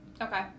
okay